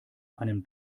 einem